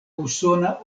usona